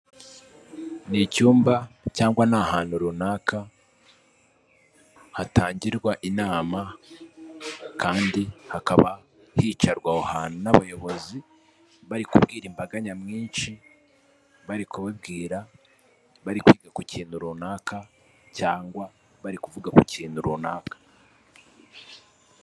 Ni icyumba cyangwa nta ahantu runaka hatangirwa inama kandi hakaba hicarwa aho abaantu n'abayobozi bari kubwira imbaga nyamwinshi bari kubabwira bari kwigata ku kintu runaka cyangwa bari kuvuga ku kintu runaka.